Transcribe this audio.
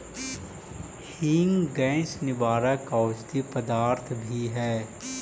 हींग गैस निवारक औषधि पदार्थ भी हई